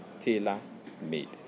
tailor-made